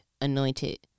anointed